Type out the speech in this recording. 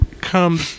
come